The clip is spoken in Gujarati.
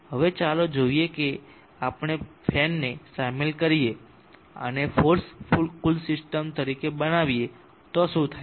હવે ચાલો જોઈએ કે જો આપણે ફેનને શામેલ કરીએ અને તેને ફોર્સ્ડ કૂલ સિસ્ટમ તરીકે બનાવીએ તો શું થાય છે